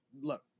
Look